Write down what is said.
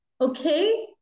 Okay